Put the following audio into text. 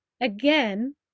again